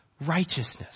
righteousness